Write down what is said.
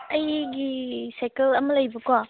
ꯑꯩꯒꯤ ꯁꯥꯏꯀꯜ ꯑꯃ ꯂꯩꯕꯀꯣ